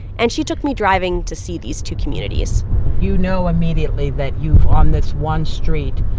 and she took me driving to see these two communities you know immediately that you've, on this one street,